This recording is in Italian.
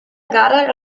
gara